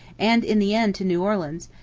and in the end to new orleans,